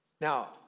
Now